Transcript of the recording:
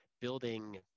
building